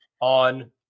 on